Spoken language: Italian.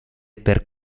per